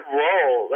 role